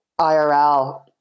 IRL